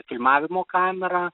filmavimo kamera